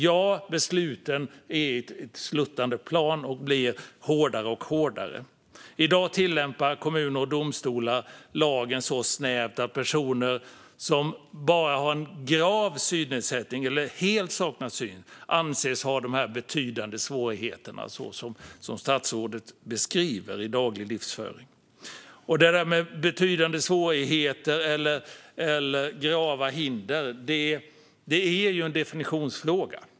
Ja, besluten är i ett sluttande plan och blir hårdare och hårdare. I dag tillämpar kommuner och domstolar lagen så snävt att bara personer som har en grav synnedsättning eller helt saknar syn anses ha betydande svårigheter i den dagliga livsföringen, som statsrådet beskriver. Det där med betydande svårigheter eller grava hinder är ju en definitionsfråga.